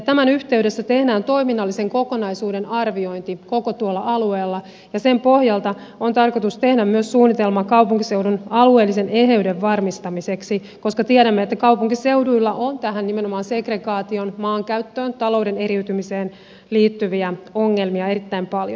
tämän yhteydessä tehdään toiminnallisen kokonaisuuden arviointi koko tuolla alueella ja sen pohjalta on tarkoitus tehdä myös suunnitelma kaupunkiseudun alueellisen eheyden varmistamiseksi koska tiedämme että kaupunkiseuduilla on nimenomaan segregaatioon maankäyttöön talouden eriytymiseen liittyviä ongelmia erittäin paljon